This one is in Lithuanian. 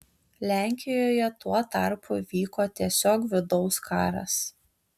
lenkijoje tuo tarpu vyko tiesiog vidaus karas